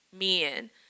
men